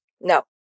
No